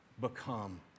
become